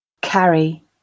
carry